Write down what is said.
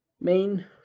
main